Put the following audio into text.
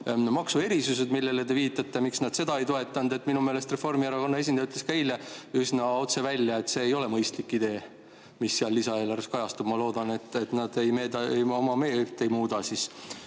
maksuerisused, millele te viitate – miks nad seda ei toetanud? Minu meelest Reformierakonna esindaja ütles eile üsna otse välja, et see ei ole mõistlik idee, mis seal lisaeelarves kajastub. Ma loodan, et nad oma meelt ei muuda selles